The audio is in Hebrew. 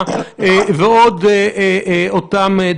איחוד משפחות וכמה עם אנשים מסוריה ומלבנון?